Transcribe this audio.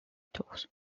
tours